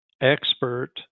expert